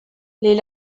les